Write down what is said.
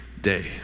day